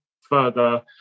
further